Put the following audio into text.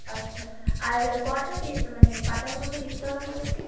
আচ্ছা আর কটা মানে পাতার মধ্যে লিখতে হবে আমাদেরকে